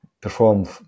perform